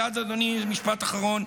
מייד, אדוני, משפט אחרון.